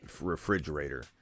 refrigerator